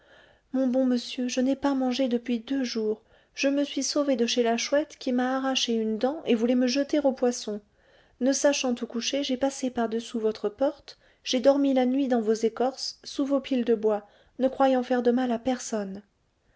mon bon monsieur je n'ai pas mangé depuis deux jours je me suis sauvée de chez la chouette qui m'a arraché une dent et voulait me jeter aux poissons ne sachant où coucher j'ai passé par-dessous votre porte j'ai dormi la nuit dans vos écorces sous vos piles de bois ne croyant faire de mal à personne